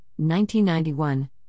1991